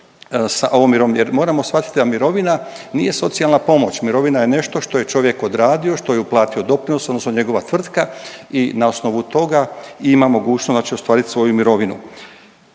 sa ovom mjerom. Jer moramo shvatiti da mirovina nije socijalna pomoć. Mirovina je nešto što je čovjek odradio, što je uplatio doprinos, odnosno njegova tvrtka i na osnovu toga ima mogućnost znači ostvariti svoju mirovinu.